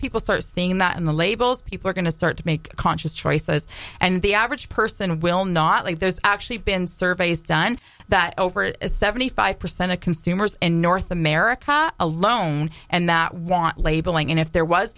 people start seeing that in the labels people are going to start to make conscious choices and the average person will not like there's actually been surveys done that over seventy five percent of consumers in north america alone and that want labeling and if there was